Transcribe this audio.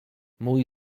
mój